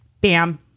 bam